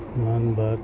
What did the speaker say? مون worth